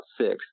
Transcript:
six